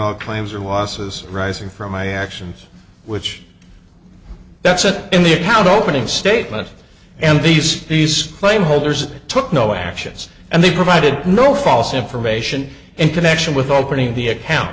all claims or losses rising from my actions which that's it in the account opening statement and these these flame holders took no actions and they provided no false information in connection with opening the account